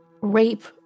rape